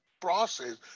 process